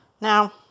Now